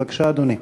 בבקשה, אדוני.